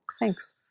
thanks